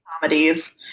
comedies